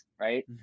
right